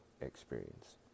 experience